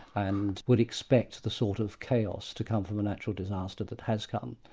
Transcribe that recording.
and would expect the sort of chaos to come from a natural disaster that has come,